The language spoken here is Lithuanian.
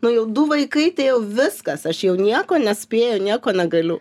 nu jau du vaikai tai jau viskas aš jau nieko nespėju nieko negaliu